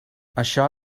això